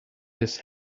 his